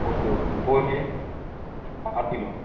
okay okay pohe सहा kilo